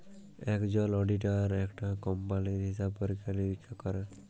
একজল অডিটার একটা কম্পালির হিসাব পরীক্ষা লিরীক্ষা ক্যরে